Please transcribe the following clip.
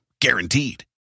Guaranteed